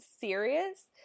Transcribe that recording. serious